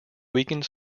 weakened